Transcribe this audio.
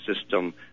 system